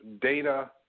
data